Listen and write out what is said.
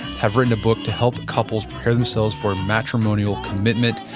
have written a book to help couples pair themselves for matrimonial commitment.